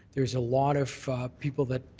there's a lot of people that